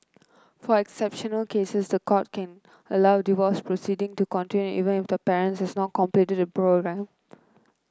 for exceptional cases the court can allow divorce proceeding to continue even if the parent has not completed the programme